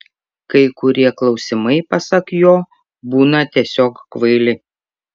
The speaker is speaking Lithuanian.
kai kurie klausimai pasak jo būna tiesiog kvaili